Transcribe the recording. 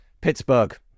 Pittsburgh